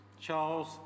Charles